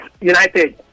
United